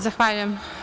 Zahvaljujem.